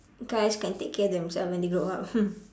guys can take care themselves when they grow up